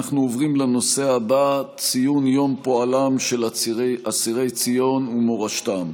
אנחנו עוברים לנושא הבא: ציון יום פועלם של אסירי ציון ומורשתם,